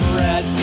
red